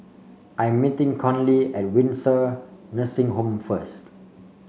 I'm meeting Conley at Windsor Nursing Home first